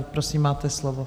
Prosím, máte slovo.